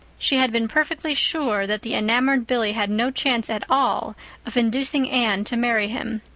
she had been perfectly sure that the enamored billy had no chance at all of inducing anne to marry him.